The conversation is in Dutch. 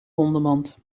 hondenmand